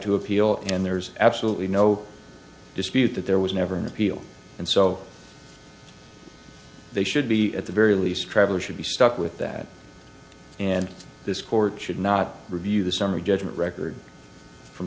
to appeal and there's absolutely no dispute that there was never an appeal and so they should be at the very least traveler should be stuck with that and this court should not review the summary judgment record from